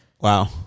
Wow